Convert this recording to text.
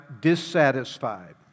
dissatisfied